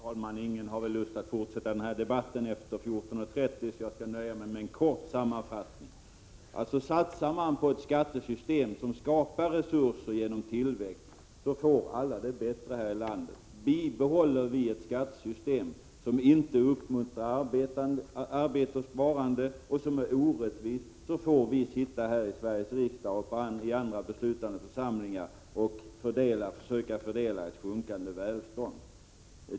Fru talman! Ingen har väl lust att fortsätta denna debatt efter kl. 14.30 så jag skall nöja mig med en kort sammanfattning. Satsar man på ett skattesystem som skapar resurser genom tillväxt så får alla det bättre här i landet. Bibehåller vi ett skattesystem som inte uppmuntrar till arbete och sparande och som är orättvist får vi i Sveriges riksdag och i andra beslutande församlingar i fortsättningen försöka fördela ett sjunkande välstånd.